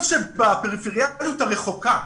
לרשויות שבפריפריה הרחוקה.